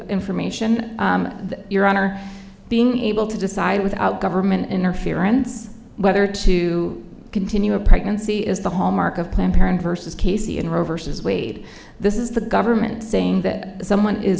information your honor being able to decide without government interference whether to continue a pregnancy is the hallmark of planned parent persons casey and her versus wade this is the government saying that someone is